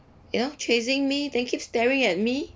you know chasing me then keep staring at me